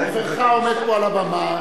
חברכם עומד כאן על הבמה